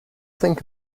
think